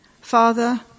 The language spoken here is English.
Father